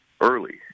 early